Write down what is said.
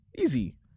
Easy